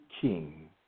king